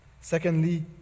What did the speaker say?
Secondly